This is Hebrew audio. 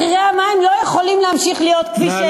מחירי המים לא יכולים להמשיך להיות כפי שהם היום,